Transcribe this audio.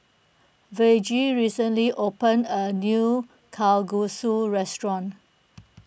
Virgie recently opened a new Kalguksu restaurant